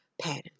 patterns